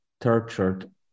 tortured